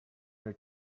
your